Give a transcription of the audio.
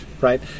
right